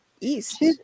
east